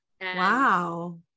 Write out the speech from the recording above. Wow